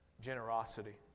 generosity